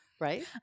Right